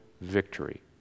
victory